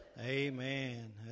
Amen